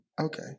Okay